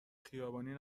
خیابانی